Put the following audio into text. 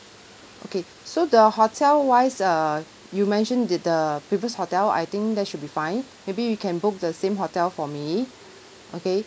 okay so the hotel wise uh you mentioned did the previous hotel I think that should be fine maybe we can book the same hotel for me okay